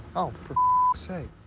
oh, for sake.